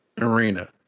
arena